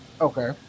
Okay